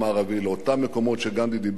לאותם מקומות שגנדי דיבר עליהם,